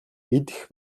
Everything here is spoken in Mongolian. идэх